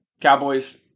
Cowboys